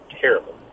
terrible